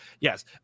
Yes